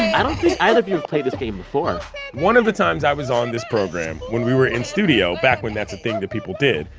i don't think either of you have played this game before one of the times i was on this program when we were in studio, back when that's a thing that people did,